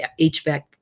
HVAC